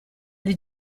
alle